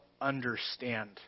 understand